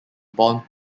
bombed